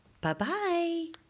Bye-bye